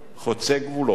חוצה גבולות,